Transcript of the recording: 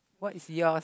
what is yours